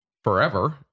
Forever